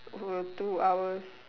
for two hours